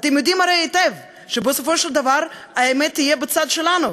אתם יודעים הרי היטב שבסופו של דבר האמת תהיה בצד שלנו,